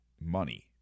money